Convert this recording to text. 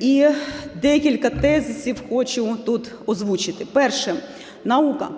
І декілька тез хочу тут озвучити. Перше – наука.